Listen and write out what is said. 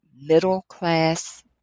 middle-class